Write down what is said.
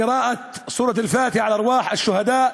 (אומר דברים בערבית: קריאת סורת אל-פאתחה לעילוי נשמות השהידים,